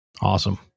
Awesome